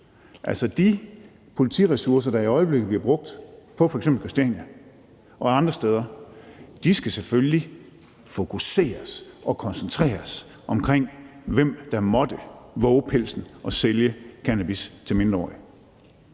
Altså, de politiressourcer, der i øjeblikket bliver brugt på Christiania og andre steder, skal selvfølgelig fokuseres og koncentreres omkring, hvem der måtte vove pelsen og sælge cannabis til mindreårige.